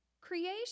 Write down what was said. Creation